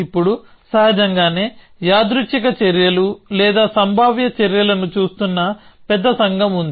ఇప్పుడు సహజంగానే యాదృచ్ఛిక చర్యలు లేదా సంభావ్య చర్యలను చూస్తున్న పెద్ద సంఘం ఉంది